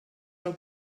del